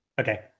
Okay